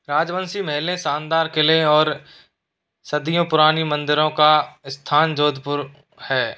राजवंशी महलें शानदार किलें और सदियों पुरानी मंदिरों का स्थान जोधपुर है